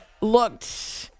looked